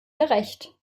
gerecht